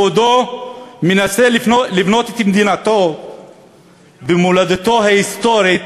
בעודו מנסה לבנות את מדינתו במולדתו ההיסטורית,